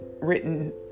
written